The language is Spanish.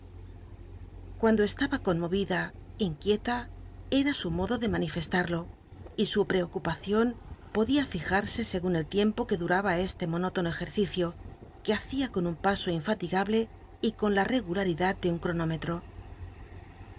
cuando estaba conmovida inquieta cr l sumodo de manifestado y su preocupacion pod ía tljarsc segun el tiempo que dumba este monótono ejercicio que hacia con un paso infatigable y con la regula ridad de un cronómetro